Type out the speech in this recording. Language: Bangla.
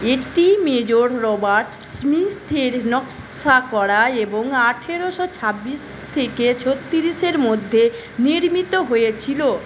এটি মেজর রবার্ট স্মিথের নকশা করা এবং আঠারোশো ছাব্বিশ থেকে ছত্রিশের মধ্যে নির্মিত হয়েছিল